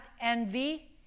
envy